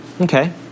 Okay